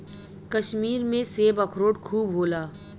कश्मीर में सेब, अखरोट खूब होला